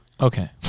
Okay